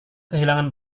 kehilangan